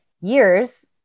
years